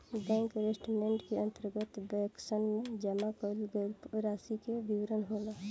bank statement के अंतर्गत बैंकसन में जमा कईल गईल रासि के विवरण होला